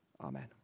Amen